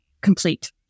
complete